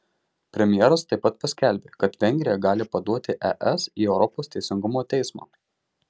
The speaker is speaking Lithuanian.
premjeras taip pat paskelbė kad vengrija gali paduoti es į europos teisingumo teismą